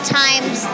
times